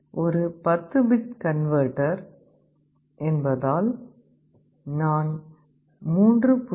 இது 10 bit converter என்பதால் நான் 3